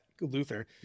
Luther